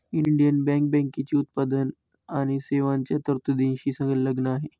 Indian bank बँकेची उत्पादन आणि सेवांच्या तरतुदींशी संलग्न आहे